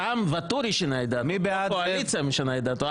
שם ואטורי שינה את דעתו,